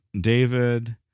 David